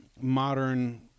modern